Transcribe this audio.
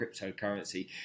cryptocurrency